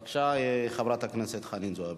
בבקשה, חברת הכנסת חנין זועבי,